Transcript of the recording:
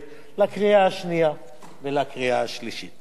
לקריאה השנייה ולקריאה השלישית.